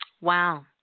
Wow